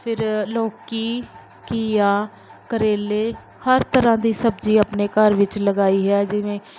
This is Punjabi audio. ਫੇਰ ਲੌਕੀ ਘੀਆ ਕਰੇਲੇ ਹਰ ਤਰ੍ਹਾਂ ਦੀ ਸਬਜ਼ੀ ਆਪਣੇ ਘਰ ਵਿੱਚ ਲਗਾਈ ਹੈ ਜਿਵੇਂ